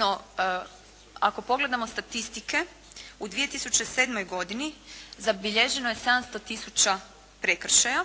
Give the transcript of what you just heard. No, ako pogledamo statistike u 2007. godini zabilježeno je 700 tisuća prekršaja,